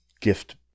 gift